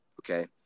okay